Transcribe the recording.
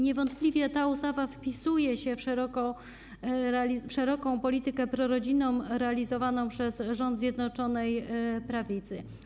Niewątpliwie ta ustawa wpisuje się w szeroką politykę prorodzinną realizowaną przez rząd Zjednoczonej Prawicy.